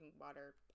water